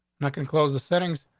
not can close the settings,